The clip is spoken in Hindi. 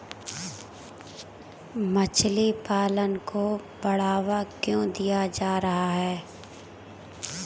मछली पालन को बढ़ावा क्यों दिया जा रहा है?